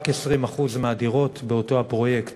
רק 20% מהדירות בפרויקט